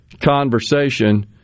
conversation